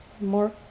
more